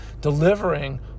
delivering